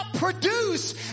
Produce